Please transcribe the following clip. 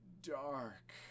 Dark